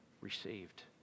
received